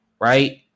right